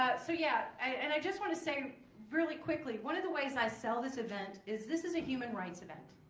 ah so, yeah, and i just want to say really quickly one of the ways i sell this event is this is a human rights event.